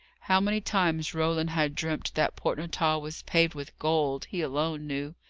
how many times roland had dreamt that port natal was paved with gold, he alone knew.